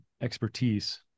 expertise